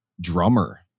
drummer